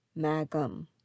Magum